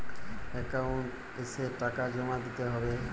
Account এসে টাকা জমা দিতে হবে?